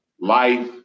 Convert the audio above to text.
life